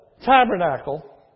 tabernacle